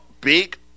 big